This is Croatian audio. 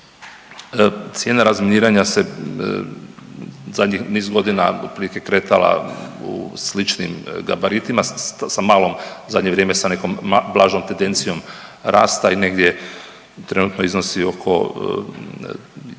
cijena razminiranja se zadnjih niz godina otprilike kretala u sličnim gabaritima sa malom, u zadnje vrijeme sa nekom blažom tendencijom rasta i negdje trenutno iznosi oko 1,3